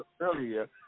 earlier